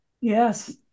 Yes